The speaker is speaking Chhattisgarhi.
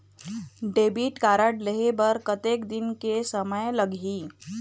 डेबिट कारड लेहे बर कतेक दिन के समय लगही?